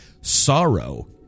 sorrow